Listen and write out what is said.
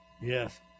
Yes